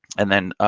and then,